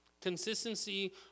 Consistency